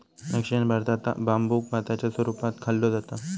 दक्षिण भारतात बांबुक भाताच्या स्वरूपात खाल्लो जाता